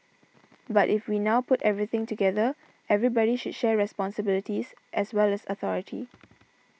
but if we now put everything together everybody should share responsibilities as well as authority